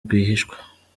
rwihishwa